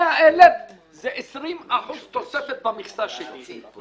100,000 זה 20% תוספת במכסה שלי.